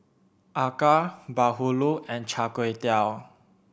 Acar Bahulu and Char Kway Teow